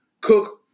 cook